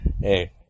Hey